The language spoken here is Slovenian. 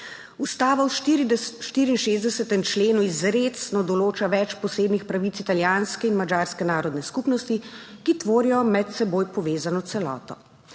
Ustava v 64. členu izrecno določa več posebnih pravic italijanske in madžarske narodne skupnosti, ki tvorita med seboj povezano celoto.